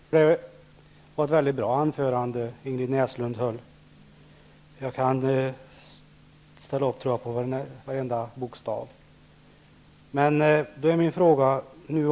Herr talman! Det var ett mycket bra anförande som Ingrid Näslund höll. Jag kan ställa upp på varenda bokstav. Men min fråga är följande.